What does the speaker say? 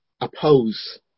oppose